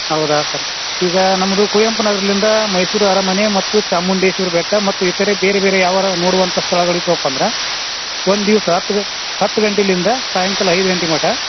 ಹೌದಾ ಸರ್ ಈಗ ನಮ್ಮದು ಕುವೆಂಪು ನಗ್ರದಿಂದ ಮೈಸೂರು ಅರಮನೆ ಮತ್ತು ಚಾಮುಂಡೇಶ್ವರಿ ಬೆಟ್ಟ ಮತ್ತು ಇತರೆ ಬೇರೆ ಬೇರೆ ಯಾವರ ನೋಡುವಂಥ ಸ್ಥಳಗಳು ಇದ್ವಪ್ಪ ಅಂದ್ರ ಒಂದಿವಸ ಹತ್ತು ಗಂಟೆಯಿಂದ ಸಾಯಂಕಾಲ ಐದು ಗಂಟೆ ಮಟ್ಟ